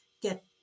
get